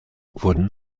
wurden